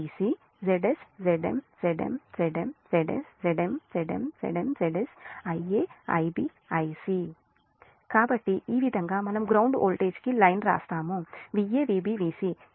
Va Vb Vc Zs Zm Zm Zm Zs Zm Zm Zm Zs Ia Ib Ic కాబట్టి ఈ విధంగా మనం ground voltage కి line వ్రాస్తాము Va Vb Vc